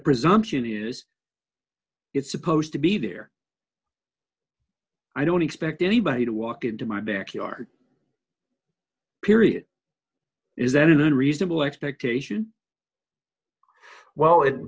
presumption is it's supposed to be there i don't expect anybody to walk into my backyard period is that an unreasonable expectation well